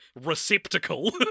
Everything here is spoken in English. receptacle